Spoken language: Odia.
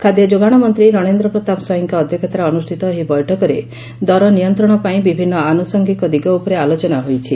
ଖାଦ୍ୟ ଯୋଗାଣ ମନ୍ତୀ ରଣେନ୍ର ପ୍ରତାପ ସ୍ୱାଇଁଙ୍କ ଅଧ୍ୟକ୍ଷତାରେ ଅନୁଷ୍ଟିତ ଏହି ବୈଠକରେ ଦର ନିୟନ୍ତ୍ରଣ ପାଇଁ ବିଭିନ୍ ଆନୁସଙ୍ଗିକ ଦିଗ ଉପରେ ଆଲୋଚନା ହୋଇଛି